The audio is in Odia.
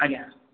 ଆଜ୍ଞା